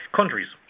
countries